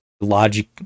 logic